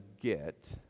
get